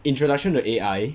introduction to A_I